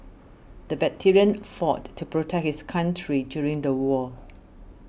the veteran fought to protect his country during the war